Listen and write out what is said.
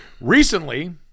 Recently